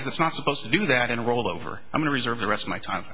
is it's not supposed to do that and roll over i'm going reserve the rest of my time